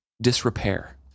disrepair